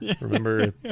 Remember